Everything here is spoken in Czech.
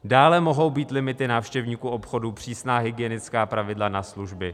Dále mohou být limity návštěvníků obchodu, přísná hygienická pravidla na služby.